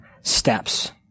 steps